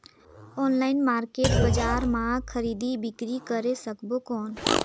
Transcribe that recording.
Online market बजार मां खरीदी बीकरी करे सकबो कौन?